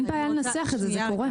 אין בעיה לנסח את זה, זה קורה.